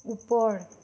ওপৰ